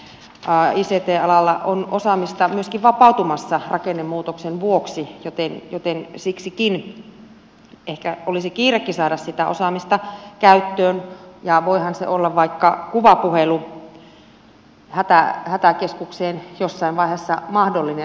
ict alalla on osaamista myöskin vapautumassa rakennemuutoksen vuoksi joten siksikin ehkä olisi kiirekin saada sitä osaamista käyttöön ja voihan vaikka kuvapuhelu hätäkeskukseen olla jossain vaiheessa mahdollinen